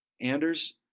Anders